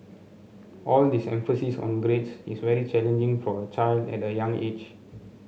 all this emphasis on grades is very challenging for a child at a young age